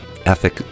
Ethic